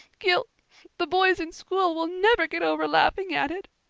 gil the boys in school will never get over laughing at it.